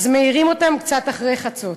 אז מעירים אותם קצת אחרי חצות.